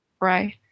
Right